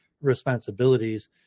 responsibilities